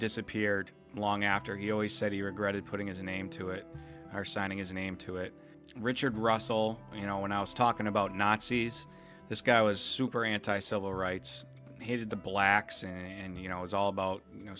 disappeared long after he always said he regretted putting his name to it are signing his name to it richard russell you know when i was talking about nazis this guy was super anti civil rights hated the blacks and you know it was all about you know